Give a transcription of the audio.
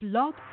Blog